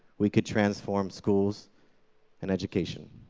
we could transform schools and education.